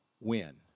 win